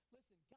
Listen